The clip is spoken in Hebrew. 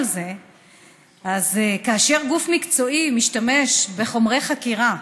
אז כאשר גוף מקצועי משתמש בחומרי חקירה,